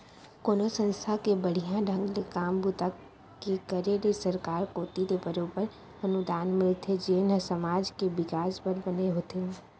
कोनो संस्था के बड़िहा ढंग ले काम बूता के करे ले सरकार कोती ले बरोबर अनुदान मिलथे जेन ह समाज के बिकास बर बने होथे